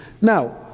Now